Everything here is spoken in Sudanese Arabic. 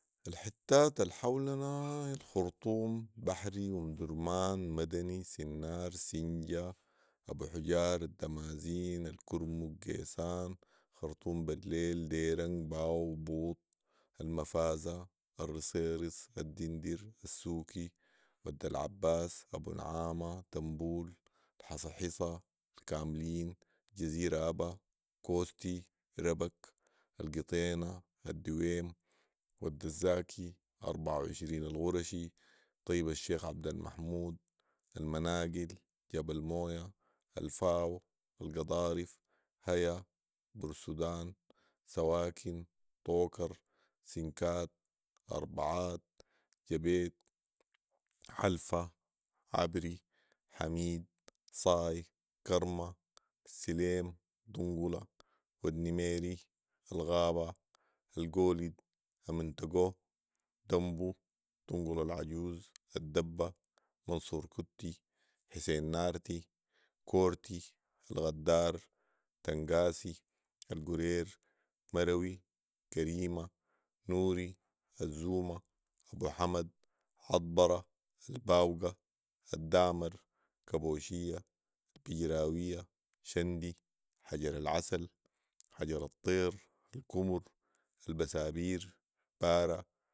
،الحتات الحولنا الخرطوم ،بحري ،امدرمان ،مدني ،سنار، سنجه، ابوحجار، الدمازين ،الكرمك، قيسان، خرطوم بالليل ،ديرنق ،باو، بوط ،المفازه ،الرصيرص، الدندر ،السوكي ،ودالعباس، ابو نعامه، تمبول ،الحصحيصا ،الكاملين ،الجزيره ابا ،كوستي ، ربك ،القطينه ،الدويم ،ود الزاكي ،اربعه وعشرين القرشي ،طيبه الشيخ عبدالمحمود ،المناقل ، جبل مويه ،الفاو، القضارف ،هيا، بورتسودان ،سواكن ، طوكر ،سنكات ،اربعات ،جبيت ،حلفا ،عبري ،حميد، صاي ،كرمه، السليم ،دنقلا ،ودنميري ،الغابه ،القولد ،امنتقو، دمبو، دنقلا العجوز، الدبه ،منصوركوتي حسين نارتي ،كورتي، الغدار، تنقاسي ،القرير ،مروي ،كريمه ،نوري ،الزومه ،ابوحمد، عطبره ،الباوقه ،الدامر، كبوشية ،البجراويه ،شندي حجرالعسل، حجرالطير، الكمر، البسابير، بارا